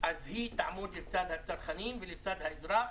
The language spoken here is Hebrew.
היא תעמוד לצד הצרכנים ולצד האזרח